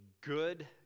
good